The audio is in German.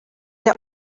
der